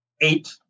eight